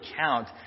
count